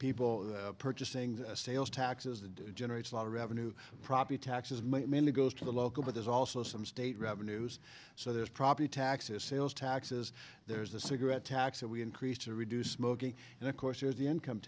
people purchasing the sales taxes and generates a lot of revenue property taxes mainly goes to the local but there's also some state revenues so there's property taxes sales taxes there's the cigarette tax that we increase to reduce smoking and of course there's the income